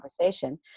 conversation